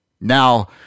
Now